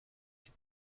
die